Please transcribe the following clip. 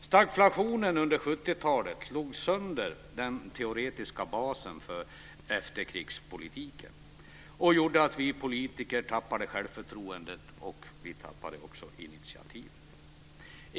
Stagflationen under 70-talet slog sönder den teoretiska basen för efterkrigspolitiken och gjorde att vi politiker tappade självförtroendet och initiativet.